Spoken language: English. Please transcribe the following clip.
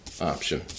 option